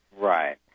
Right